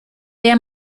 der